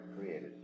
created